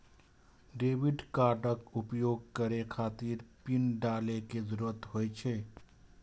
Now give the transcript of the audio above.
debit कार्डक उपयोग करै खातिर पिन डालै के जरूरत होइ छै